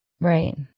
Right